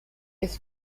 ist